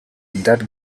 that